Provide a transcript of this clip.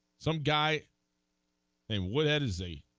some guy and what it is a